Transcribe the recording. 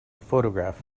photograph